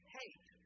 hate